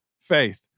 Faith